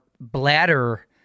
bladder